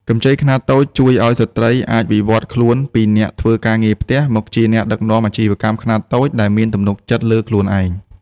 កម្ចីខ្នាតតូចជួយឱ្យស្ត្រីអាចវិវត្តខ្លួនពីអ្នកធ្វើការងារផ្ទះ មកជាអ្នកដឹកនាំអាជីវកម្មខ្នាតតូចដែលមានទំនុកចិត្តលើខ្លួនឯង។